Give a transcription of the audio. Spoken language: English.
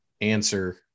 answer